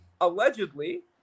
allegedly